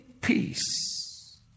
peace